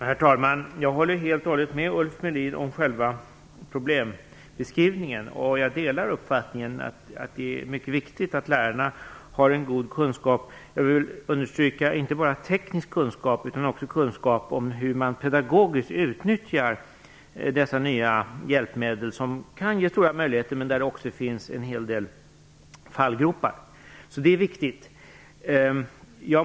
Herr talman! Jag håller helt och hållet med Ulf Melin om själv problembeskrivningen. Jag delar uppfattningen att det är mycket viktigt att lärarna har en god kunskap, och jag vill understryka att de inte bara bör ha en teknisk kunskap utan också kunskap om hur man pedagogiskt utnyttjar dessa nya hjälpmedel. De kan ge stora möjligheter, men det finns också en hel del fallgropar. Det är viktigt.